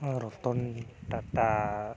Ratan Tata